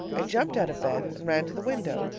i jumped out of bed and ran to the window.